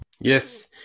Yes